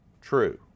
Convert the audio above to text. true